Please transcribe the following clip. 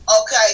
okay